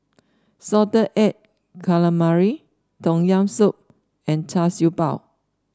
Salted Egg Calamari Tom Yam Soup and Char Siew Bao